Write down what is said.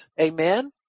Amen